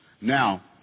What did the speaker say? now